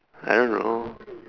I don't know